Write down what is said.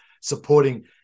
supporting